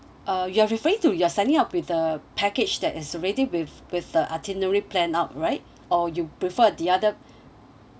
uh you are referring to your signing up with the package that is already with with the itinerary planned out right or you prefer the other